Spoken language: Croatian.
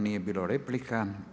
Nije bilo replika.